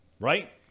Right